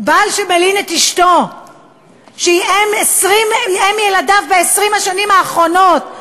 בעל שמלין את אשתו שהיא אם ילדיו ב-20 השנים האחרונות,